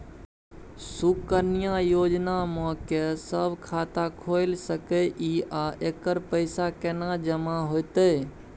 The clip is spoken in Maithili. सुकन्या योजना म के सब खाता खोइल सके इ आ एकर पैसा केना जमा होतै?